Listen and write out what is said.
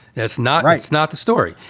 that's not right. it's not the story.